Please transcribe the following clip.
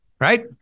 Right